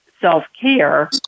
self-care